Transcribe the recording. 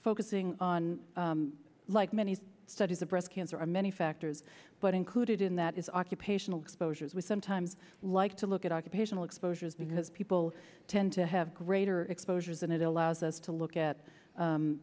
focusing on like many studies of breast cancer are many factors but included in that is occupational exposures we sometimes like to look at occupational exposure is because people tend to have greater exposures and it allows us to look at